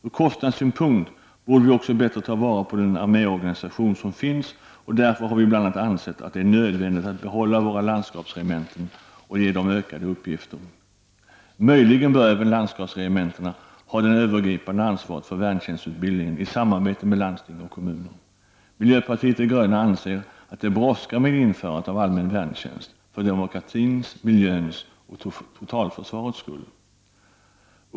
Ur kostnadssynpunkt borde vi också bättre ta vara på den arméorganisation som finns. Därför har vi bl.a. ansett det nödvändigt att behålla våra landskapsregementen och ge dem utökade uppgifter. Möjligen bör även landskapsregementena ha det övergripande ansvaret för värntjänstutbildningen i samarbete med landsting och kommuner. Miljöpartiet de gröna anser att det brådskar med införandet av allmän värntjänst — för demokratins, miljöns och totalförsvarets skull.